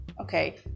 okay